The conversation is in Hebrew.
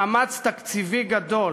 מאמץ תקציבי גדול